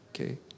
Okay